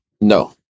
No